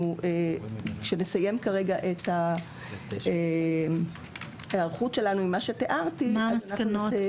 כאשר נסיים את ההיערכות שלנו --- מה המסקנות?